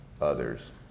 others